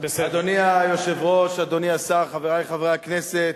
אדוני היושב-ראש, אדוני השר, חברי חברי הכנסת,